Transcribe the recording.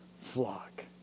flock